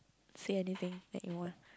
say anything that you want